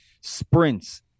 Sprints